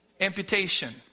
Amputation